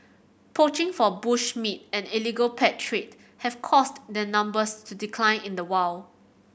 poaching for bush meat and illegal pet trade have caused their numbers to decline in the wild